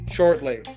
Shortly